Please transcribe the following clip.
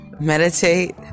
meditate